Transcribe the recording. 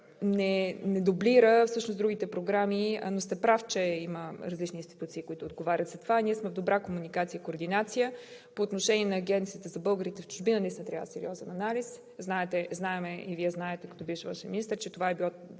не дублира другите програми, но сте прав, че има различни институции, които отговарят за това. Ние сме в добра комуникация и координация. По отношение на Агенцията за българите в чужбина наистина трябва сериозен анализ. Знаем, а и Вие знаете, като бивш външен министър, че това е